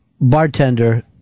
bartender